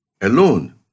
alone